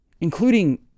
including